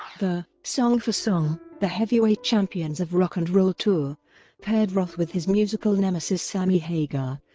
ah the song for song the heavyweight champions of rock and roll tour paired roth with his musical nemesis sammy hagar,